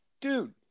dude